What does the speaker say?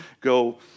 go